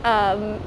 um